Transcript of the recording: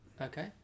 Okay